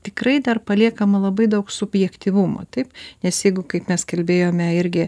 tikrai dar paliekama labai daug subjektyvumo taip nes jeigu kaip mes kalbėjome irgi